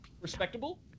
Respectable